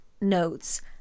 notes